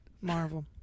Marvel